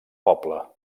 poble